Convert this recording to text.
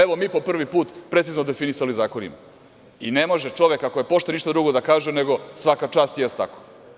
Evo mi po prvi put precizno definisali zakonima i ne može čovek, ako je pošten ništa drugo da kaže nego svaka čast, jeste tako.